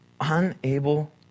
Unable